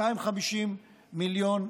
250 מיליון.